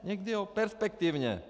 Někdy ano, perspektivně.